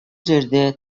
жерде